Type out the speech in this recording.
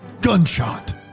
Gunshot